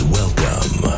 welcome